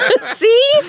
See